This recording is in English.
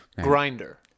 Grinder